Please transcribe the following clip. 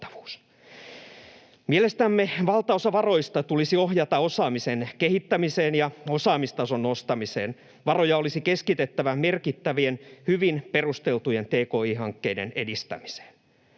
Mielestämme valtaosa varoista tulisi ohjata osaamisen kehittämiseen ja osaamistason nostamiseen. Varoja olisi keskitettävä merkittävien, hyvin perusteltujen tki-hankkeiden edistämiseen.